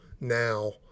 now